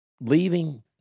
leaving